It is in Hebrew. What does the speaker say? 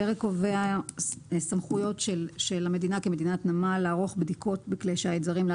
הפרק קובע סמכויות של המדינה כמדינת נמל לערוך בדיקות בכלי שיט זרים,